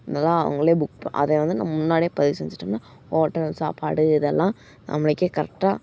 இதெலாம் அவங்களே புக் ப அதை வந்து நம்ம முன்னாடியே பதிவு செஞ்சிவிட்டம்னா ஹோட்டல் சாப்பாடு இதெல்லாம் நம்மளுக்கே கரெக்டாக